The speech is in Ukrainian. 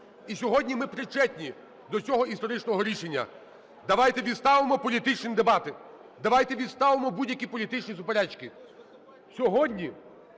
і сьогодні ми причетні до цього історичного рішення. Давайте відставимо політичні дебати, давайте відставимо будь-які політичні суперечки.